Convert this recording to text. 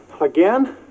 again